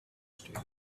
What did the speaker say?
stereo